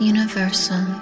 Universal